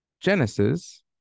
Genesis